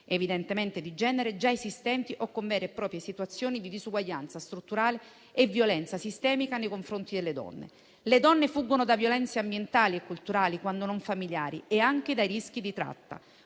evidentemente di genere, già esistenti o con vere e proprie situazioni di disuguaglianza strutturale e violenza sistemica nei confronti delle donne. Le donne fuggono da violenze ambientali e culturali, quando non familiari, e anche dai rischi di tratta.